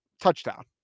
touchdown